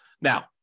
Now